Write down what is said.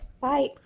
Bye